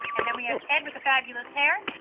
and then we have ed with the fabulous hair.